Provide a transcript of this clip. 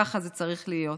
ככה זה צריך להיות.